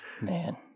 Man